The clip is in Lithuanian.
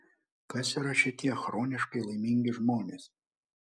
kas yra šitie chroniškai laimingi žmonės